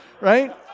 right